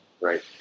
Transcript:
Right